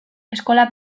eskola